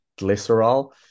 glycerol